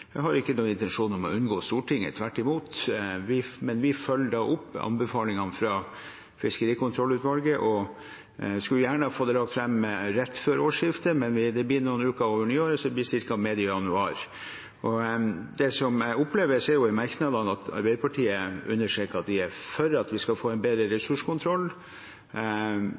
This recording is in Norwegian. har ikke noen intensjon om å unngå Stortinget, tvert imot, men vi følger opp anbefalingene fra Fiskerikontrollutvalget og skulle gjerne fått lagt det fram rett før årsskiftet, men det blir noen uker over nyåret, ca. medio januar. Det som jeg opplever og ser i merknadene, er at Arbeiderpartiet understreker at de er for at vi skal få en bedre ressurskontroll.